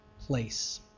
place